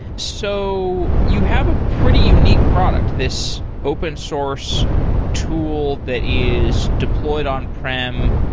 so you have a pretty unique product. this open source tool that is deployed on-prem,